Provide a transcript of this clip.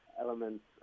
elements